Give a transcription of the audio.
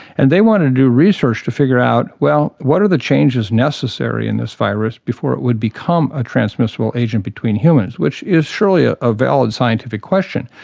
and they want to do research to figure out, well, what are the changes necessary in this virus before it would become a transmissible agent between humans, which is surely ah a valid scientific question.